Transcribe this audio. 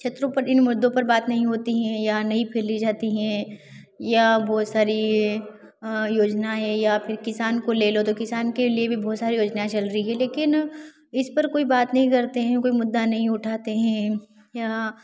क्षेत्रों पर इन मुद्दों पर बात नहीं होती हैं या नहीं फैली जाती हैं या बहुत सारी योजनाएँ है या फि किसान को ले लो तो किसान के लिए भी बहुत सारी योजनाएँ चल रही हैं लेकिन इस पर कोई बात नहीं करते हैं कोई मुद्दा नहीं उठाते हैं या